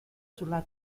sulla